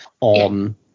on